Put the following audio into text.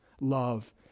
love